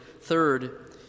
Third